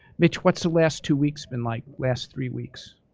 mitch, what's the last two weeks been like? last three weeks?